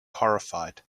horrified